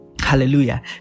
hallelujah